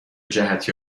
جهت